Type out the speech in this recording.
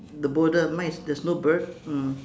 the boulder mine is there's no bird mm